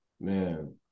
man